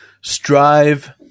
Strive